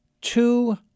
two